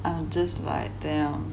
I'll just lie down